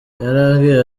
yarambwiye